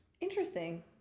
Interesting